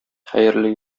хәерле